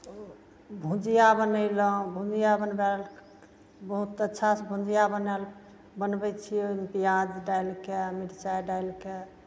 ओ भुजिया बनयलहुँ भुजिया बनबए लए बहुत अच्छासँ भुजिया बनायल बनबै छियै पियाज डालि कऽ मिरचाइ डालि कऽ